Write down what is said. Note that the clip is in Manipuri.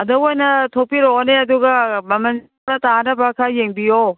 ꯑꯗ ꯑꯣꯏꯅ ꯊꯣꯛꯄꯤꯔꯛꯑꯣꯅꯦ ꯑꯗꯨꯒ ꯃꯃꯟ ꯈꯔ ꯇꯥꯅꯕ ꯈꯔ ꯌꯦꯡꯕꯤꯌꯣ